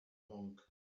monk